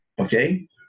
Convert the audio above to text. okay